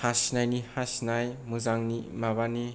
हासिनायना हासिनाय मोजांनि माबानि